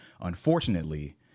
unfortunately